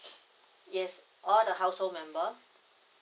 yes all the household member